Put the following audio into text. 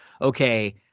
okay